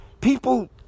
People